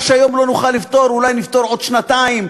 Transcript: מה שהיום לא נוכל לפתור אולי נפתור עוד שנתיים.